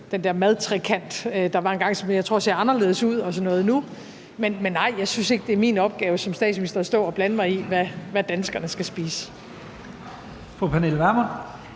den der madtrekant, der var engang, og som jeg tror nu ser anderledes ud, men nej, jeg synes ikke, det er min opgave som statsminister at stå og blande mig i, hvad danskerne skal spise.